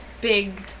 big